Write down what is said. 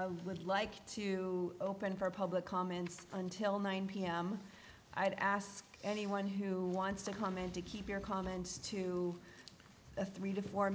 i would like to open for public comments until nine pm i'd ask anyone who wants to comment to keep your comments to the three to four